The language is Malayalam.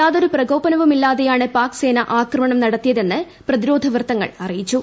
യാതൊരു പ്രകോപനവുമില്ലാതെയാണ് പാക്സേന ആക്രമണം നടത്തിയതെന്ന് പ്രതിരോധവൃത്തങ്ങൾ അറിയിച്ചു